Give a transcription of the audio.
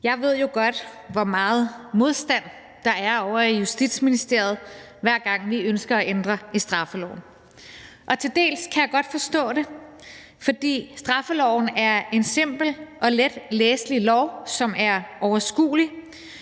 Jeg ved jo godt, hvor meget modstand der er ovre i Justitsministeriet, hver gang vi ønsker at ændre i straffeloven. Og til dels kan jeg godt forstå det, fordi straffeloven er en simpel og letlæselig lov, som er overskuelig